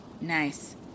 Nice